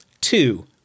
Two